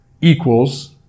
equals